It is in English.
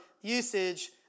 usage